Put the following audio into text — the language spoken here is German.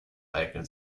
eignen